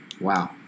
Wow